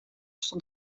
stond